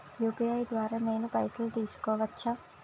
UPI ద్వారా నేను పైసలు తీసుకోవచ్చా?